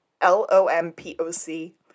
L-O-M-P-O-C